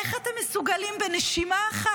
איך אתם מסוגלים בנשימה אחת,